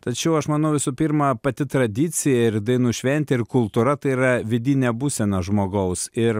tačiau aš manau visų pirma pati tradicija ir dainų šventė ir kultūra tai yra vidinė būsena žmogaus ir